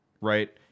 right